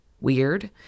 weird